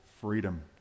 freedom